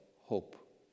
hope